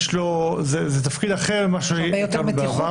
וזה תפקיד אחר ממה שהוא היה בעבר.